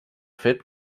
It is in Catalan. fet